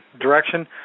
direction